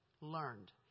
learned